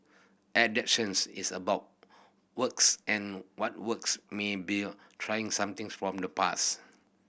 adaptations is about works and what works may bell trying something's from the past